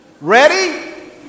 Ready